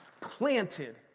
planted